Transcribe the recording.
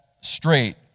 straight